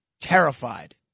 terrified